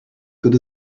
good